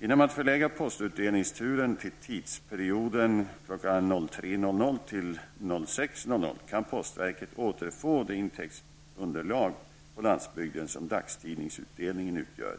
Genom att förlägga postutdelningsturen till tidsperioden kl. 03.00--06.00, kan postverket återfå det intäktsunderlag på landsbygden som dagstidningsutdelningen utgör.